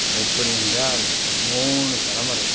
எப்படியென்றால் மூணு தலைமுறை